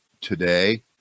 today